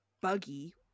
buggy